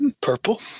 Purple